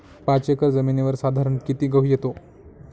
पाच एकर जमिनीवर साधारणत: किती गहू येतो?